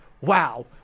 Wow